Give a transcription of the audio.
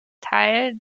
teil